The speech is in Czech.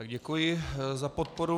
Děkuji za podporu.